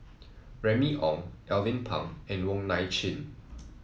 Remy Ong Alvin Pang and Wong Nai Chin